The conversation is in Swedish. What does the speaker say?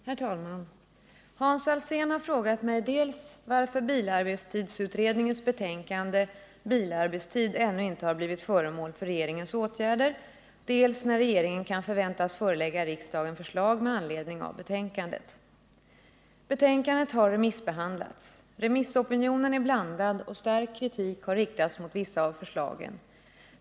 Herr talman! Hans Alsén har frågat mig dels varför bilarbetstidsutredningens betänkande Bilarbetstid ännu inte har blivit föremål för regeringens åtgärder, dels när regeringen kan förväntas förelägga riksdagen förslag med anledning av betänkandet. Betänkandet har remissbehandlats. Remissopinionen är blandad, och stark kritik har riktats mot vissa av förslagen.